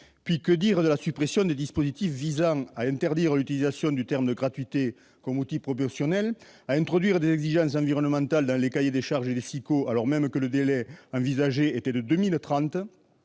... Que dire de la suppression des dispositifs visant à interdire l'utilisation du terme de gratuité comme outil promotionnel, à introduire des exigences environnementales dans les cahiers des charges des SIQO, alors même que le délai envisagé est de 2030,